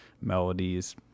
melodies